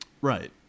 Right